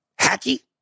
hacky